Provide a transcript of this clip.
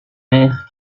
air